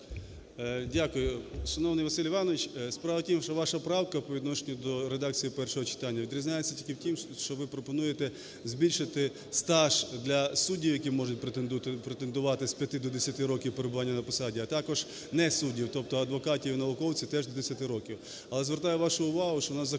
Дякую. Шановний Василь Іванович, справа в тім, що ваша правка по відношенню до редакції першого читання відрізняється тільки тим, що ви пропонуєте збільшити стаж для суддів, які можуть претендувати з 5 до 10 років перебування на посаді, а також не суддів, тобто адвокатів і науковців – теж до 10 років. Але звертаю вашу увагу, що в нас в Законі про